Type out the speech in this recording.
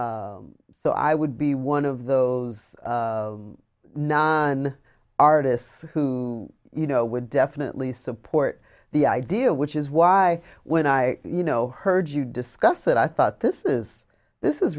so i would be one of those non artists who you know would definitely support the idea which is why when i you know heard you discuss it i thought this is this is